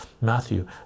matthew